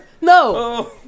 No